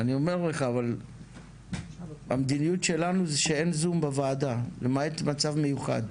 אבל המדיניות שלנו היא שאין זום בוועדה למעט מצב מיוחד.